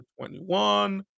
21